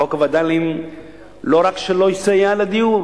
חוק הווד"לים לא רק שלא יסייע לדיור,